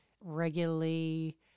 regularly